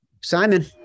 Simon